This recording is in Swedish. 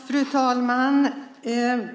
Fru talman!